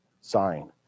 sign